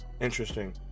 interesting